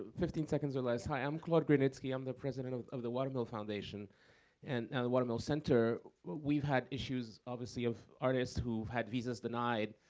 fifteen seconds or less, hi, i'm claude grunitzky. i'm the president of of the watermill foundation and the watermill center. we've had issues obviously of artists who had visas denied.